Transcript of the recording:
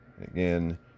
Again